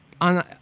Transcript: on